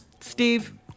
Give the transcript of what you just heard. Steve